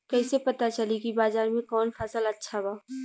कैसे पता चली की बाजार में कवन फसल अच्छा बा?